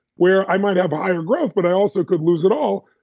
where i might have a higher growth, but i also could lose it all?